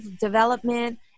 development